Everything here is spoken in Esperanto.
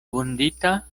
vundita